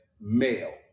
male